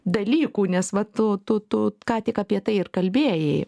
dalykų nes va tu tu tu ką tik apie tai ir kalbėjai